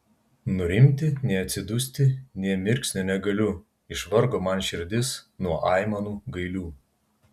nurimti nei atsidusti nė mirksnio negaliu išvargo man širdis nuo aimanų gailių